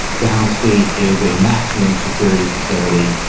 downstate is a maximum security facility.